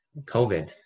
COVID